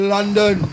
London